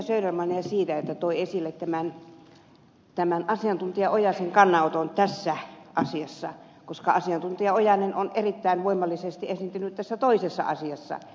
södermania siitä että hän toi esille tämän asiantuntija ojasen kannanoton tässä asiassa koska asiantuntija ojanen on erittäin voimallisesti esiintynyt tässä toisessa asiassa